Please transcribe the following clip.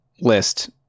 list